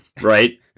right